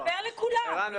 בבקשה, ערן.